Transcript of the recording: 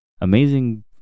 amazing